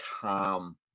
calm